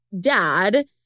dad